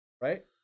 Right